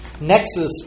nexus